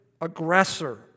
aggressor